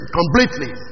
completely